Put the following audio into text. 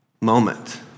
moment